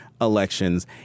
elections